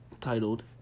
titled